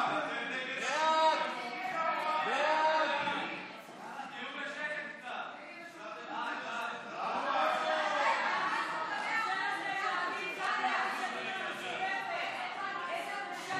של חברי הכנסת שמחה רוטמן ומיכל וולדיגר לסעיף 4 לא נתקבלה.